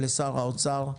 ולשר האוצר,